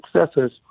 successors